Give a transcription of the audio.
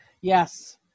Yes